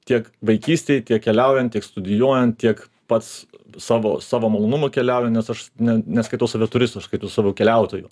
tiek vaikystėj tiek keliaujant tiek studijuojant tiek pats savo savo malonumui keliauju nes aš ne neskaitau save turistu aš skaitau save keliautoju